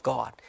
God